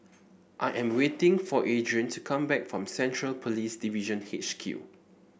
I am waiting for Adrian to come back from Central Police Division H Q